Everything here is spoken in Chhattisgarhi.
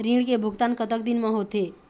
ऋण के भुगतान कतक दिन म होथे?